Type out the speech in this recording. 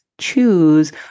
choose